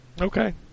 Okay